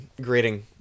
grading